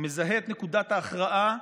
הוא מזהה את נקודת ההכרעה,